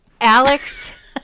Alex